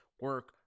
Work